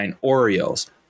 Orioles